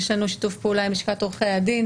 יש לנו שיתוף פעולה עם לשכת עורכי הדין